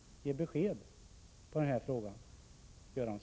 Ge besked och ett svar på den här frågan, Bengt Göransson!